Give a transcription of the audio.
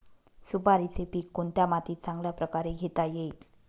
सुपारीचे पीक कोणत्या मातीत चांगल्या प्रकारे घेता येईल?